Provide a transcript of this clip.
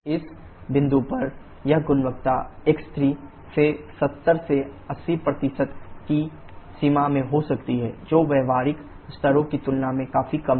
इस बिंदु पर यह गुणवत्ता x3 आसानी से 70 से 80 की सीमा में हो सकती है जो व्यावहारिक स्तरों की तुलना में काफी कम है